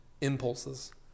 impulses